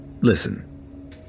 listen